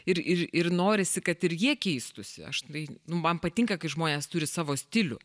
ir ir ir norisi kad ir jie keistųsi aš tai man patinka kai žmonės turi savo stilių